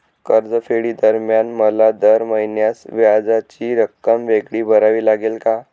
कर्जफेडीदरम्यान मला दर महिन्यास व्याजाची रक्कम वेगळी भरावी लागेल का?